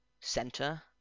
center